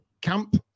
camp